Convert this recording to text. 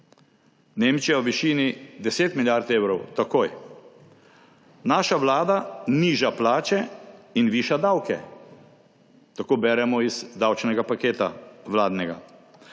Nemčija v višini 10 milijard evrov. Takoj. »Naša vlada niža plače in viša davke.« Tako beremo iz vladnega davčnega